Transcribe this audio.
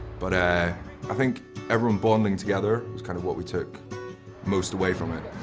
but i i think everyone bonding together was kind of what we took most away from it.